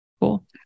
Cool